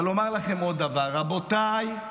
אבל לומר לכם עוד דבר: רבותיי,